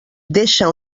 deixa